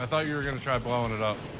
ah thought you were going to try blowing it up.